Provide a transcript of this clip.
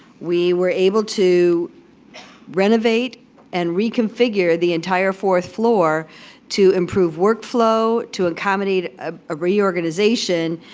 we were able to renovate and reconfigure the entire fourth floor to improve workflow, to accommodate a ah reorganization,